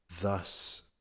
thus